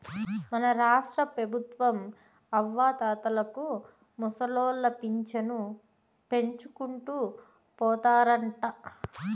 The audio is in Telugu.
మన రాష్ట్రపెబుత్వం అవ్వాతాతలకు ముసలోళ్ల పింఛను పెంచుకుంటూ పోతారంట